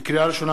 לקריאה ראשונה,